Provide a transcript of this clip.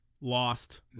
Lost